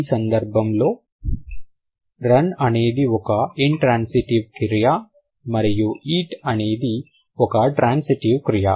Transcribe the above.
ఈ సందర్భంలో రన్ అనేది ఒక ఇంట్రాన్సిటివ్ క్రియ మరియు ఈట్ అనేది ఒక ట్రాన్సిటివ్ క్రియ